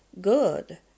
good